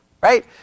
Right